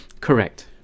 Correct